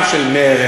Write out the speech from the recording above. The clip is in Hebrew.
גם את של מרצ,